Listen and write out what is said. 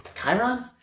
Chiron